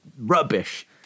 rubbish